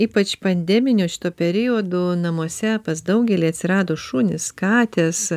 ypač pandeminiu šituo periodu namuose pas daugelį atsirado šunys katės